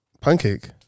pancake